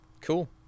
Cool